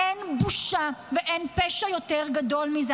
אין בושה ואין פשע יותר גדול מזה.